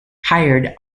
hired